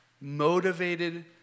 Motivated